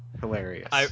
hilarious